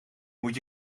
moet